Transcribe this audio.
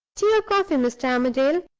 tea or coffee, mr. armadale?